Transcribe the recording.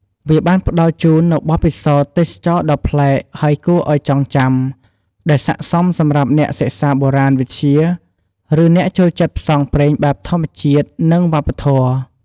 វាបានផ្តល់ជូននូវបទពិសោធន៍ទេសចរណ៍ដ៏ប្លែកហើយគួរឱ្យចងចាំ ដែលស័ក្តិសមសម្រាប់អ្នកសិក្សាបុរាណវិទ្យា ឫអ្នកចូលចិត្តផ្សងព្រេងបែបធម្មជាតិនិងវប្បធម៌។